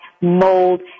mold